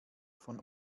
von